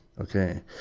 okay